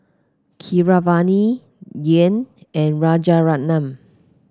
Keeravani Dhyan and Rajaratnam